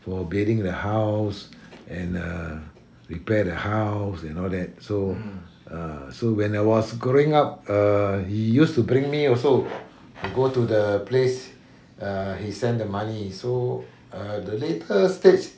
for building the house and repairing the house and all that so uh so when I was growing up uh he used to bring me also to go to the place err he sent the money so uh the later stage